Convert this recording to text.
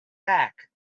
back